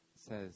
says